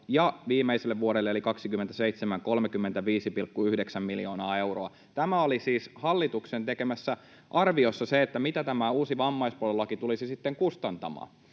viimeiselle vuodelle eli vuodelle 27. Tämä oli siis hallituksen tekemässä arviossa se, mitä tämä uusi vammaispalvelulaki tulisi sitten kustantamaan.